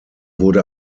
wurde